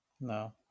No